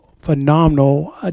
phenomenal